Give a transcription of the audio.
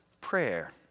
Prayer